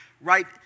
right